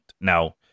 Now